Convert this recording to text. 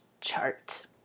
chart